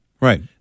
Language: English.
Right